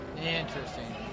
Interesting